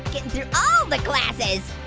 getting through all the classes.